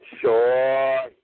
Sure